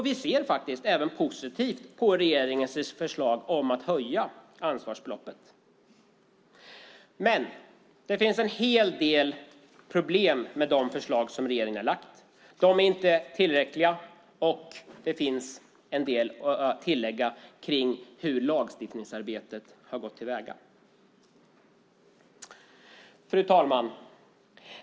Vi ser faktiskt även positivt på regeringens förslag att höja ansvarsbeloppet. Det finns dock en hel del problem med de förslag regeringen har lagt fram. Det är inte tillräckliga, och det finns en del att tillägga om hur lagstiftningsarbetet har gått till. Fru talman!